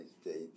States